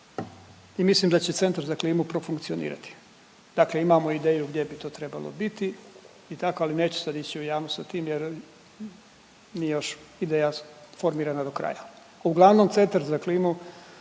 i mislim da će centar za klimu profunkcionirati. Dakle imamo ideju gdje bi to trebalo biti i tako, ali neću sad ići u javnost sa tim jer nije još ideja formirana do kraja. Uglavnom centar za klimu,